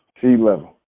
T-level